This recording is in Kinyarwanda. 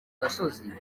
gasozi